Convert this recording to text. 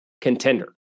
contender